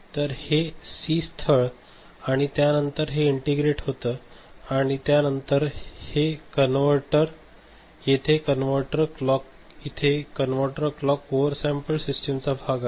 तर हे सी स्थळ आणि त्यानंतर हे इंटिग्रेट होते आणि त्या नंतर हि येते कनवर्टर क्लॉक इथे कनवर्टर क्लॉक ओव्हरसॅमपल्ड सिस्टिम चा भाग आहे